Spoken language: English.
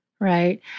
Right